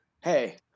hey